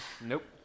Nope